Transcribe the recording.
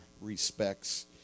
respects